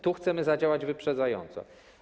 Tu chcemy zadziałać wyprzedzająco.